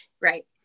right